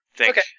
Okay